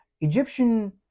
Egyptian